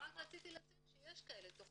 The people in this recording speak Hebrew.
אני רק רציתי לציין שיש כאלה תכניות.